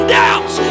doubts